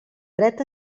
dreta